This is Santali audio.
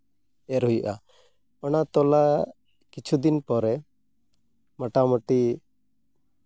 ᱮᱨ ᱦᱩᱭᱩᱜᱼᱟ ᱚᱱᱟ ᱛᱚᱞᱟ ᱠᱤᱪᱷᱩ ᱫᱤᱱ ᱯᱚᱨᱮ ᱢᱳᱴᱟᱢᱩᱴᱤ